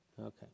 Okay